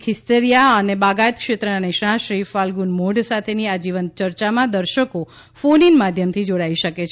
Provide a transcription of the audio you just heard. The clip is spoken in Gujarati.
ખિસ્તરીયા અને બાગાયત ક્ષેત્રના નિષ્ણાતશ્રી ફાલ્ગુન મોઢ સાથેની આ જીવંત ચર્ચામાં દર્શકો ફોન ઈન માધ્યમથી જોડાઈ શકે છે